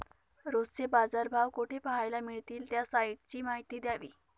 रोजचे बाजारभाव कोठे पहायला मिळतील? त्या साईटची माहिती द्यावी